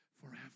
forever